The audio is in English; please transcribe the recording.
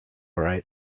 right